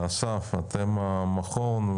אסף, אתם המכון.